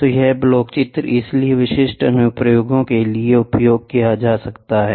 तो यह ब्लॉक चित्र इसलिए विशिष्ट अनुप्रयोगों के लिए उपयोग किया जाता है